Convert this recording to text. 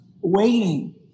waiting